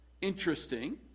Interesting